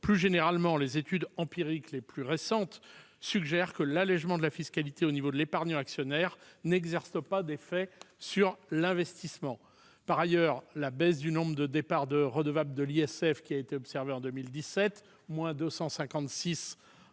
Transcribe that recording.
Plus généralement, les études empiriques les plus récentes suggèrent que l'allégement de la fiscalité au niveau de l'épargnant-actionnaire n'exerce pas d'effet sur l'investissement. Par ailleurs, la baisse du nombre de départs de redevables de l'ISF observée en 2017- une diminution